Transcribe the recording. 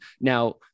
Now